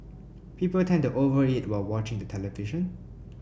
people tend to over eat while watching the television